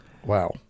Wow